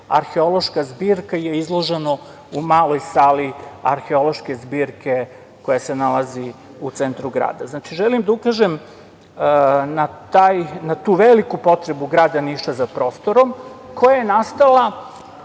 arheološka zbirka je izloženo u maloj sali arheološke zbirke koja se nalazi u centru grada. Znači, želim da ukažem na tu veliku potrebu grada Niša za prostorom koja je nastala